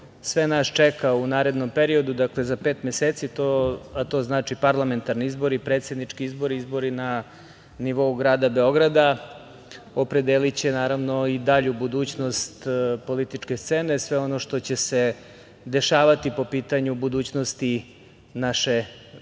sve nas čeka u narednom periodu, dakle za pet meseci, a to znači – parlamentarni izbori, predsednički izbori, izbori na nivou grada Beograda opredeliće i dalju budućnost političke scene i sve ono što će se dešavati po pitanju budućnosti naše zemlje. Kada